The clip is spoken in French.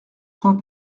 soins